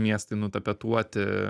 miestai nutapetuoti